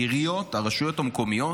העיריות, הרשויות המקומיות,